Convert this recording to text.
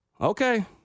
Okay